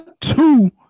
Two